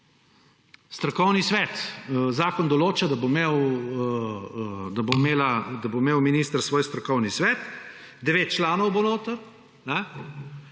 strokovni svet? Zakon določa, da bo imel minister svoj strokovni svet, 9 članov bo notri